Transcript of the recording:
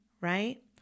right